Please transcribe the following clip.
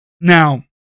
Now